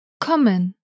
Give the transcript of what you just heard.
Kommen